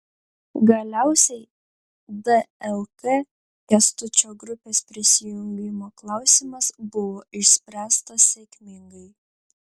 galiausiai dlk kęstučio grupės prisijungimo klausimas buvo išspręstas sėkmingai